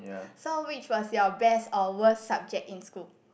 so which was your best or worst subject in school